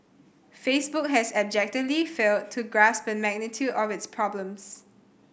Facebook has abjectly failed to grasp the magnitude of its problems